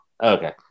Okay